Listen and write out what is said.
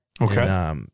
Okay